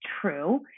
true